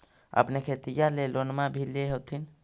अपने खेतिया ले लोनमा भी ले होत्थिन?